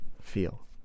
feel